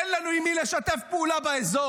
אין לנו עם מי לשתף פעולה באזור,